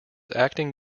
acting